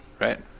Right